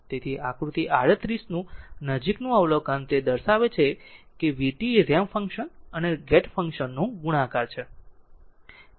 તેથી આકૃતિ 38 નું નજીકનું અવલોકન તે દર્શાવે છે કે v t રેમ્પ ફંક્શન અને ગેટ ફંક્શન નું ગુણાકાર છે